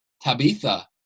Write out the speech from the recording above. Tabitha